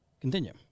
Continue